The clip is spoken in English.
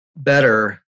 better